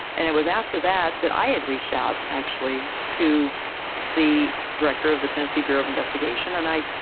and it was after that, that i had reached out, actually, to the director of the tennessee bureau of investigation and i,